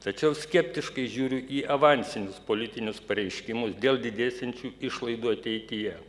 tačiau skeptiškai žiūriu į avansinius politinius pareiškimus dėl didėsiančių išlaidų ateityje